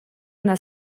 una